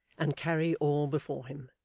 and carry all before him.